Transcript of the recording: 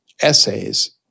essays